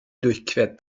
durchquert